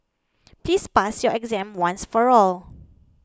please pass your exam once for all